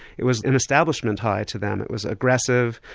it was an establishment high to them, it was aggressive,